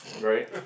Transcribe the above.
right